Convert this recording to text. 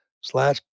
slash